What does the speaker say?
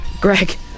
Greg